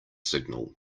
signal